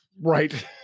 Right